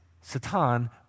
satan